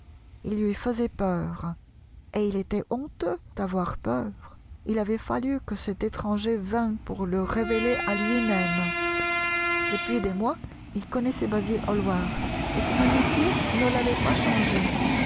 il lui faisait peur et il était honteux d'avoir peur il avait fallu que cet étranger vint pour le révéler à lui-même depuis des mois il connaissait basil ilallvvard et son amitié ne l'avait pas changé